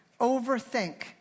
overthink